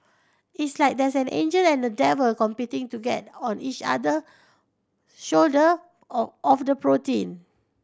it's like there's an angel and a devil competing to get on each other shoulder of the protein